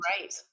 right